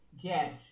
get